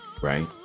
Right